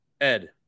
Ed